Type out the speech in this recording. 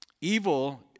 evil